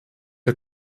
der